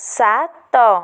ସାତ